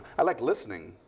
i like listening.